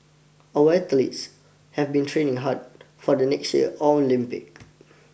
our athletes have been training hard for the next year Olympics